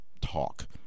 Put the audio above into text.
talk